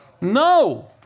No